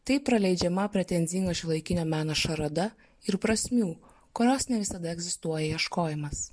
taip praleidžiama pretenzinga šiuolaikinio meno šarada ir prasmių kurios ne visada egzistuoja ieškojimas